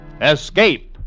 Escape